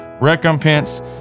recompense